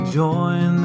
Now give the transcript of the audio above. join